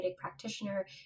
practitioner